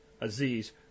Aziz